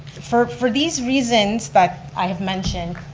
for for these reasons that i have mentioned,